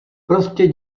prostě